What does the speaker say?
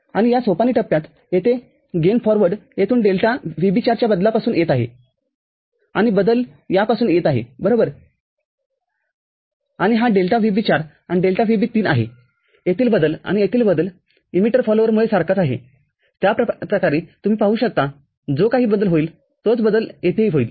आणि या सोपानीटप्प्यात येथे गेन फॉरवर्ड येथून डेल्टा VB४ च्या बदलापासून येत आहेआणि बदल या पासून येत आहे बरोबर आणि हा डेल्टा VB४ आणि डेल्टा VB३आहे येथील बदल आणि येथील बदल इमिटर फॉलोवरमुळे सारखाच आहे त्याप्रकारे तुम्ही पाहू शकता जो काही बदल होईल तोच बदल येथे होईल